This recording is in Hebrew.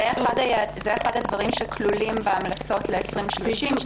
זה אחד הדברים שכלולים בהמלצות ל-2030,